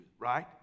right